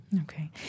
Okay